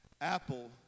Apple